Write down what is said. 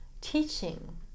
teaching